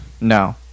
No